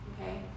okay